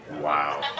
Wow